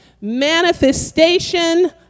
manifestation